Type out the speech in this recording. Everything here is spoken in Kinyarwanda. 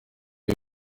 y’u